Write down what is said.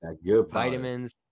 Vitamins